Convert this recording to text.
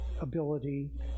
ability